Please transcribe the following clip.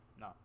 No